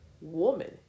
Woman